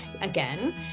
again